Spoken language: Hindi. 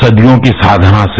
सदियों की साधना से